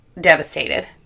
devastated